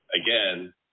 again